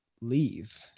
leave